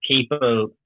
people